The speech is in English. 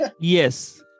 yes